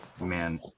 man